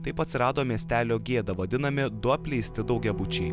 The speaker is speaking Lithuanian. taip atsirado miestelio gėda vadinami du apleisti daugiabučiai